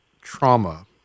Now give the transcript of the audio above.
trauma